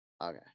Okay